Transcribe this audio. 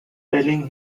telling